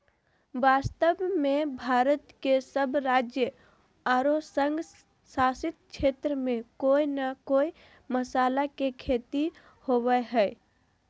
वास्तव में भारत के सब राज्य आरो संघ शासित क्षेत्र में कोय न कोय मसाला के खेती होवअ हई